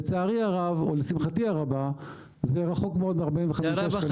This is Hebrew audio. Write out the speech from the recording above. לצערי הרב או לשמחתי הרבה זה רחוק מאוד מ-45 שקלים לשעה.